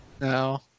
No